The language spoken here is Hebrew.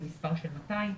200,